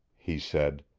he said.